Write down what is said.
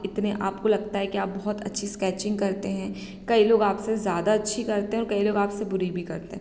इतने आपको लगता है कि आप बहुत अच्छी स्कैचिंग करते हैं कई लोग आपसे ज़्यादा अच्छी करते हैं और कई लोग आपसे बुरी भी करते हैं